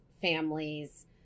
families